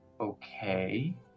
Okay